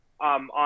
on